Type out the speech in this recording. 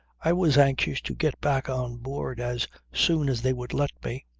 i was anxious to get back on board as soon as they would let me.